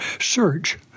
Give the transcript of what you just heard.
Search